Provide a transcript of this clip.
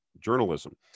journalism